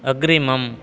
अग्रिमम्